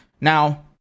Now